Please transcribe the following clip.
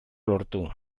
lortu